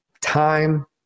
time